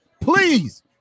please